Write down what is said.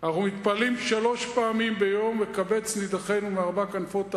אנחנו מתפללים שלוש פעמים ביום: וקבץ נידחינו מארבע כנפות הארץ.